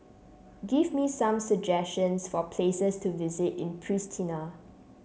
give me some suggestions for places to visit in Pristina